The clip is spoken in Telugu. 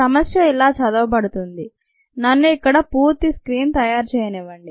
సమస్య ఇలా చదువబడుతుంది నన్ను ఇక్కడ పూర్తి స్క్రీన్ తయారు చేయనివ్వండి